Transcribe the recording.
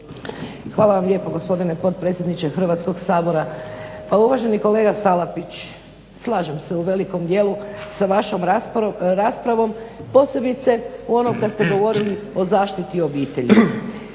Hvala vam lijepa gospodine potpredsjedniče Hrvatskoga sabora. Pa uvaženi kolega Salapić, slažem se u velikom dijelu sa vašom raspravom posebice u onom kada ste govorili o zaštiti obitelji.